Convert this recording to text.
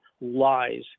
lies